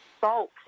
salt